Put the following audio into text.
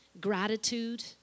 gratitude